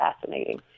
fascinating